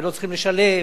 ולא צריכים לשלם,